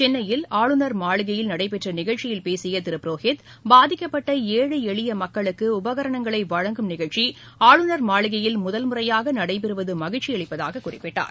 சென்னையில் ஆளுநர் மாளிகையில் நடைபெற்ற நிகழ்ச்சியில் பேசிய திரு புரோஹித் பாதிக்கப்பட்ட ஏழை எளிய மக்களுக்கு உபகரணங்களை வழங்கும் நிகழ்ச்சி ஆளுநர் மாளிகையில் முதன்முறையாக நடைபெறுவது மகிழ்ச்சி அளிப்பதாகக் குறிப்பிட்டார்